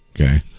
Okay